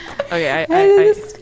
Okay